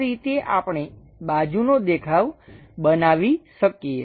આ રીતે આપણે બાજુનો દેખાવ બનાવી શકીએ